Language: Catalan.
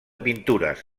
pintures